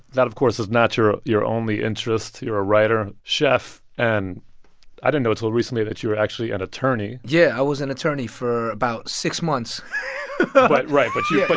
that, of course, is not your only interest. you're a writer, chef and i didn't know until recently that you were actually an attorney yeah, i was an attorney for about six months but right. but you but